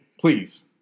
please